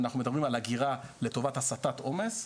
ואנחנו מדברים על אגירה לטובת הסטת עומס,